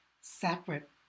separate